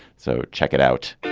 so check it out.